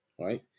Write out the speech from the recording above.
right